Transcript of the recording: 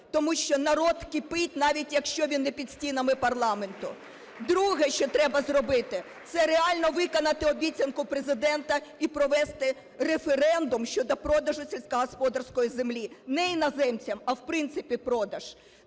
тому що народ кипить, навіть якщо він не під стінами парламенту. Друге, що треба зробити – це реально виконати обіцянку Президента і провести референдум щодо продажу сільськогосподарської землі не іноземцям, а в принципі продаж.